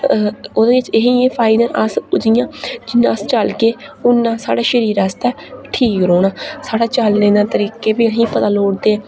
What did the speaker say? ओह्दे च एह् ही असें ई फायदे जि'यां अस चलगे उन्ना साढ़े शरीर ई रैस्ट ऐ ठीक रौह्ना साढ़ा चलने दे तरीके बी असें ई पता लोड़दे